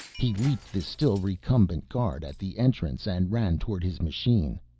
he leaped the still recumbent guard at the entrance and ran towards his machine.